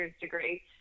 degree